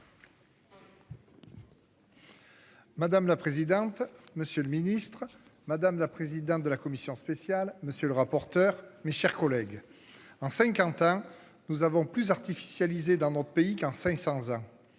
Madame la présidente, monsieur le ministre, madame la présidente de la commission spéciale. Monsieur le rapporteur. Mes chers collègues. En 50 ans, nous avons plus artificialisés dans notre pays, quand 500.